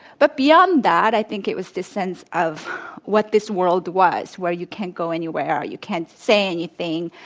but beyond that, i think it was the sense of what this world was, where you can't go anywhere. you can't say anything.